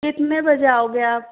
कितने बजे आओगे आप